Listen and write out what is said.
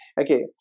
okay